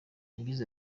yagize